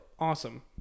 Awesome